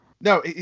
No